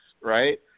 right